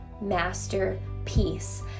masterpiece